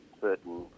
certain